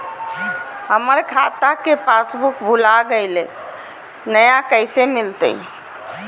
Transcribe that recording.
हमर खाता के पासबुक भुला गेलई, नया कैसे मिलतई?